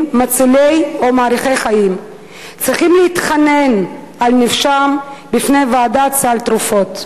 מצילי או מאריכי חיים צריכים להתחנן על נפשם בפני ועדת סל התרופות.